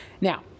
Now